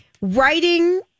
writing